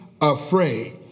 afraid